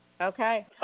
Okay